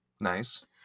Nice